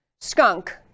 skunk